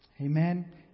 Amen